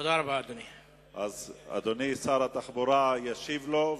אדוני שר התחבורה ישיב לו.